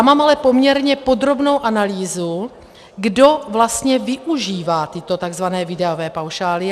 Mám ale poměrně podrobnou analýzu, kdo vlastně využívá tyto takzvané výdajové paušály.